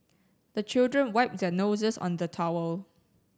the children wipe their noses on the towel